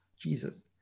Jesus